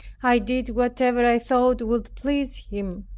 i did whatever i thought would please him.